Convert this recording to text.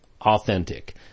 authentic